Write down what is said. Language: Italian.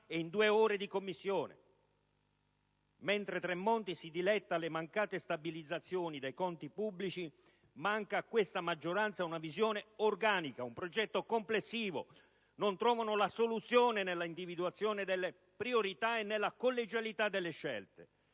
e in due ore di Commissione? Mentre Tremonti si diletta alle mancate stabilizzazioni dei conti pubblici, mancano a questa maggioranza una visione organica ed un progetto complessivo, perché non trova la soluzione nell'individuazione delle priorità e nella collegialità delle scelte.